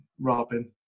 Robin